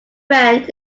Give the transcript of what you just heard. rent